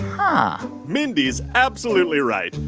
uh-huh. mindy is absolutely right.